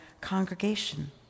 congregation